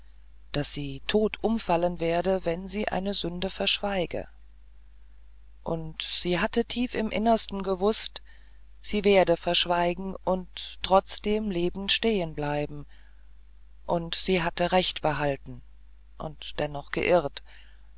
daß sie tot umfallen werde wenn sie eine sünde verschweige und sie hatte tief im innersten gewußt sie werde verschweigen und trotzdem lebend stehenbleiben und sie hatte recht behalten und dennoch geirrt